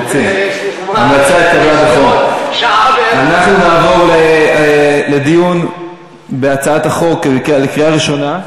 אנחנו נעבור לדיון בהצעת החוק לקריאה ראשונה.